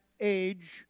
age